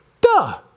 duh